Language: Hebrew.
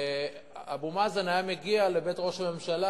ואבו מאזן היה מגיע לבית ראש הממשלה,